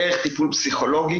דרך טיפול פסיכולוגי,